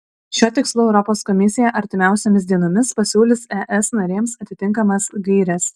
šiuo tikslu europos komisija artimiausiomis dienomis pasiūlys es narėms atitinkamas gaires